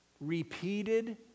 repeated